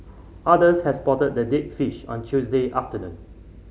others had spotted the dead fish on Tuesday afternoon